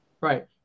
right